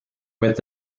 with